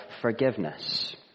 forgiveness